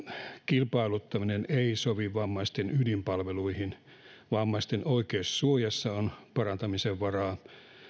kilpailuttaminen ei sovi vammaisten ydinpalveluihin vammaisten oikeussuojassa on parantamisen varaa